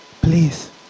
please